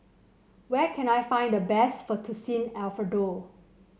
where can I find the best Fettuccine Alfredo